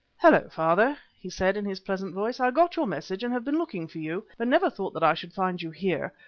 hullo, father, he said in his pleasant voice. i got your message and have been looking for you, but never thought that i should find you here.